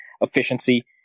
efficiency